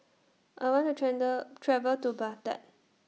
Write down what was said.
I want to travel to Baghdad